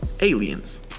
aliens